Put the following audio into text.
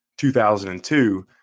2002